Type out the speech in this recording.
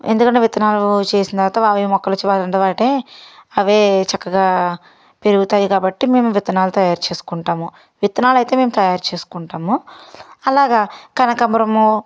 ఎందుకంటే విత్తనాలు చేసిన తర్వాత ఆవే మొక్కలు వచ్చి వాటిఅంతటా అవే చక్కగా పెరుగుతాయి కాబట్టి మేము విత్తనాలు తయారు చేసుకుంటాము విత్తనాలు అయితే మేము తయారు చేసుకుంటాము అలాగా కనకాంబరము